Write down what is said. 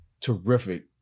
terrific